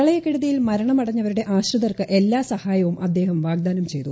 പ്രളയക്കെടുതികളിൽ മരണമടഞ്ഞവരുടെ ആശ്രിത്ർക്ക് എല്ലാ സഹായവും അദ്ദേഹം വാഗ്ദാനം ചെയ്തു